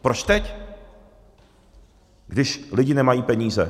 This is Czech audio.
Proč teď, když lidi nemají peníze?